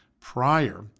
prior